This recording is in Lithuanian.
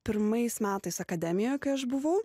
pirmais metais akademijoje kai aš buvau